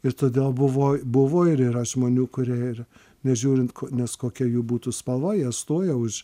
ir todėl buvo buvo ir yra žmonių kurie ir nežiūrint ko nes kokia jų būtų spalva jie stoja už